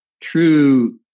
true